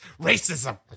Racism